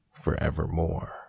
forevermore